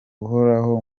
uhoraho